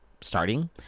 starting